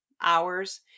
hours